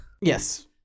Yes